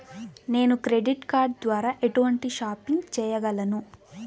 నేను credit card ద్వార ఎటువంటి షాపింగ్ చెయ్యగలను?